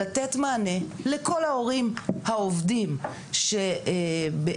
לתת מענה לכל ההורים העובדים שבעצם,